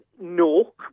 No